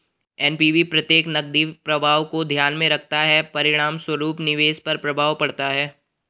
NPV प्रत्येक नकदी प्रवाह को ध्यान में रखता है, परिणामस्वरूप निवेश पर प्रभाव पड़ता है